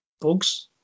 bugs